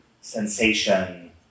sensation